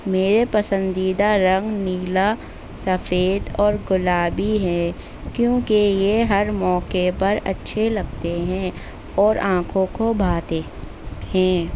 میرے پسندیدہ رنگ نیلا سفید اور گلابی ہے کیونکہ یہ ہر موقعے پر اچھے لگتے ہیں اور آنکھوں کو بھاتے ہیں